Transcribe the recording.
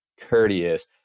courteous